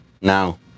now